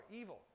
evil